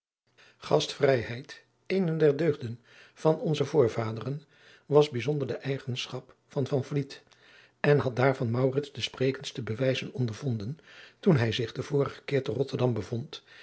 gastvrijheid eene der deugden van onze voorvaderen was bijzonder de eigenschap van van vliet en had daarvan maurits de sprekendste bewijzen ondervonden toen hij zich den vorigen keer te rotterdam bevond